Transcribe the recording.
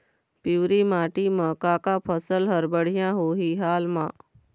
पिवरी माटी म का का फसल हर बढ़िया होही हाल मा?